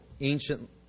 ancient